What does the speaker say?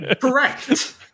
Correct